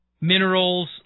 minerals